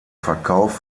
verkauf